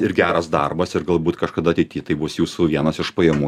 ir geras darbas ir galbūt kažkada ateity tai bus jūsų vienas iš pajamų